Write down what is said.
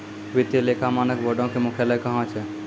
वित्तीय लेखा मानक बोर्डो के मुख्यालय कहां छै?